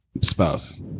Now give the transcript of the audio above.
spouse